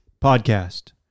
Podcast